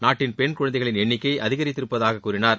நாட்டின் பெண் குழந்தைகளின் எண்ணிக்கை அதிகரித்திருப்பதாகக் கூறினார்